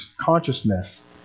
consciousness